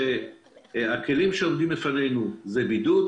הכלים שעומדים לפנינו הם הבידוד,